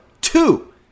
Two